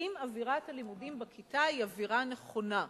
אם אווירת הלימודים בכיתה היא אווירה נכונה,